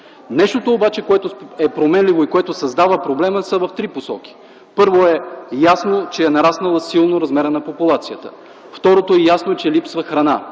Нещото, което е променливо обаче и създава проблема, е в три посоки. Първо, ясно е, че е нараснал силно размерът на популацията. Второ, ясно е, че липсва храна